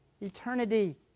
Eternity